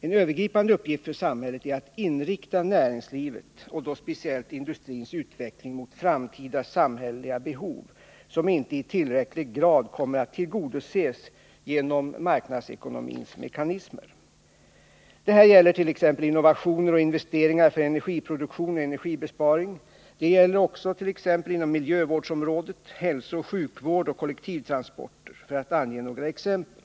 En övergripande uppgift för samhället är att inrikta näringslivets och då speciellt industrins utveckling mot de framtida samhälleliga behov som inte i tillräcklig grad kommer att tillgodoses genom marknadsekonomins mekanismer. Detta gäller t.ex. innovationer och investeringar för energiproduktion och energibesparing. Det gäller också t.ex. inom miljövårdsområdet, hälsooch sjukvård och kollektivtransporter, för att ange några exempel.